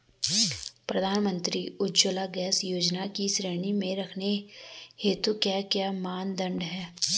प्रधानमंत्री उज्जवला गैस योजना की श्रेणी में रखने हेतु क्या क्या मानदंड है?